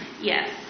Yes